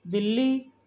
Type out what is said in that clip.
ਬਿੱਲੀ